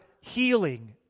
healing